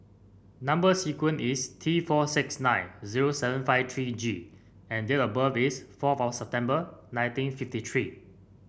number sequence is T four six nine zero seven five three G and date of birth is four September nineteen fifty three